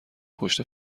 پشت